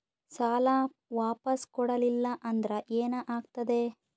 ಸಾಲ ವಾಪಸ್ ಕೊಡಲಿಲ್ಲ ಅಂದ್ರ ಏನ ಆಗ್ತದೆ?